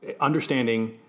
understanding